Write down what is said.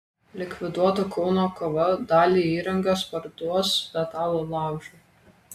likviduota kauno kova dalį įrangos parduos metalo laužui